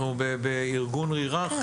אנחנו בארגון היררכי.